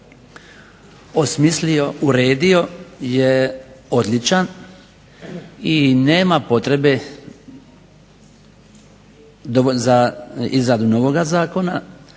osmislio i uredio je odličan, i nema potrebe za izradu novoga Zakona